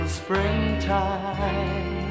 springtime